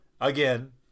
Again